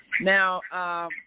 Now